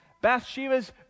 Bathsheba's